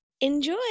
Enjoy